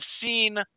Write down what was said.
seen